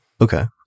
Okay